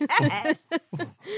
yes